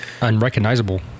unrecognizable